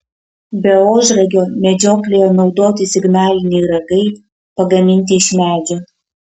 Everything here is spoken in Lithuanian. be ožragio medžioklėje naudoti signaliniai ragai pagaminti iš medžio